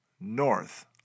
north